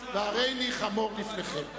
והריני חמור לפניכם.